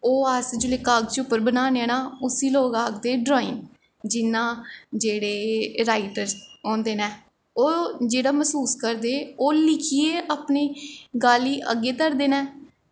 ओह् अस जिसलै कागज़ उप्पर बनान्ने आं ना उसी लोग आखदे ड्राईंग जियां जेह्ड़े राईटर होंदे न ओह् जेह्ड़ा मैसूस करदे ओह् लिखियै अपनी गल्ल गी अग्गें धरदे न